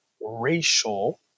racial